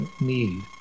need